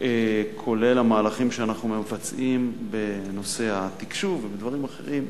כולל המהלכים שאנחנו מבצעים בנושא התקשוב ובדברים אחרים,